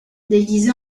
déguisé